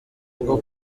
bwo